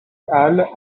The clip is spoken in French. halle